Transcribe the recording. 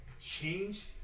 change